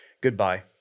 goodbye